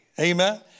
Amen